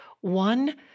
one